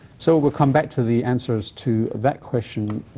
so we'll come back to the answers to that question